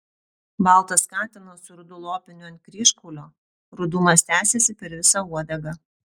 baltas katinas su rudu lopiniu ant kryžkaulio rudumas tęsėsi per visą uodegą